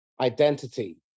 identity